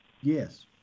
Yes